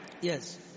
Yes